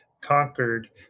conquered